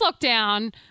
lockdown